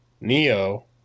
Neo